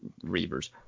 Reavers